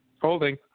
Holding